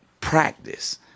practice